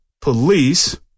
police